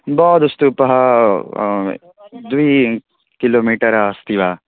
बौद्धस्तूपः द्वि किलोमीटरः अस्ति वा